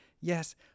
Yes